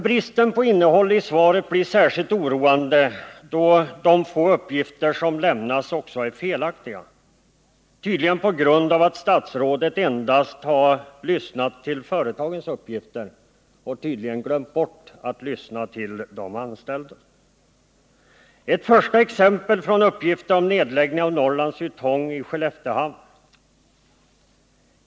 Bristen på innehåll i svaret blir särskilt oroande då de få uppgifter som lämnas också är felaktiga, tydligen på grund av att statsrådet endast har lyssnat till företagens uppgifter och glömt bort att lyssna till de anställda. Ett första exempel gäller uppgiften om nedläggning av Norrlands Ytong i Skelleftehamn.